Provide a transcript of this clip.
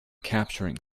capturing